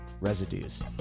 residues